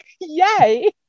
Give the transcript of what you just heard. Yay